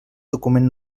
document